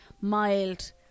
mild